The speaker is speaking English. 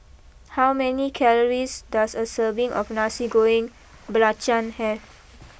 how many calories does a serving of Nasi Goreng Belacan have